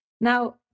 Now